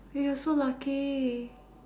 !aiyo! you so lucky